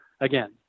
again